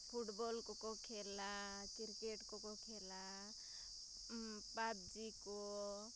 ᱯᱷᱩᱴᱵᱚᱞᱠᱚᱠᱚ ᱠᱷᱮᱞᱟ ᱠᱨᱤᱠᱮᱴᱠᱚᱠᱚ ᱠᱷᱮᱞᱟ ᱯᱟᱵᱽᱡᱤᱠᱚ